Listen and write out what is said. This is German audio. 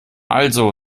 also